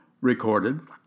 recorded